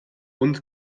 und